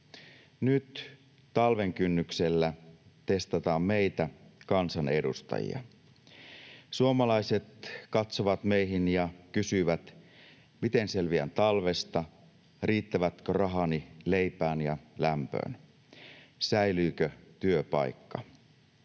Nyt, talven kynnyksellä, testataan meitä, kansanedustajia. Suomalaiset katsovat meihin ja kysyvät, miten selviän talvesta, riittävätkö rahani leipään ja lämpöön, säilyykö työpaikka.